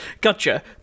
Gotcha